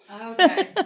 Okay